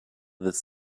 this